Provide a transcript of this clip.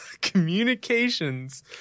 Communications